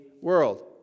world